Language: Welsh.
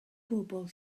bobl